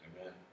Amen